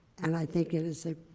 and i think it is ah